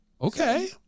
Okay